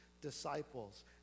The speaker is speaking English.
disciples